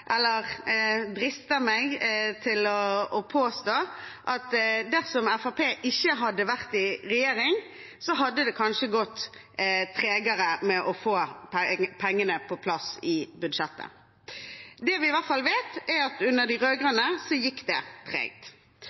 eller driste meg til å påstå – at dersom Fremskrittspartiet ikke hadde vært i regjering, hadde det kanskje gått tregere med å få pengene på plass i budsjettet. Det vi i hvert fall vet, er at under de rød-grønne gikk det